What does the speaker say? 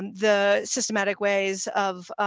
the systematic ways of,